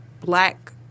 black